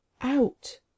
out